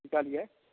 कि कहलियै